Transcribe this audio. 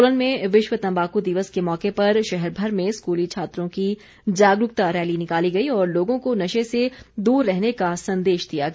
सोलन में विश्व तंबाकू दिवस के मौके पर शहरभर में स्कूली छात्रों की जागरूकता रैली निकाली गई और लोगों को नशे से दूर रहने का संदेश दिया गया